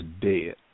dead